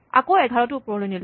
আকৌ ১১ টো ওপৰলৈ নিলো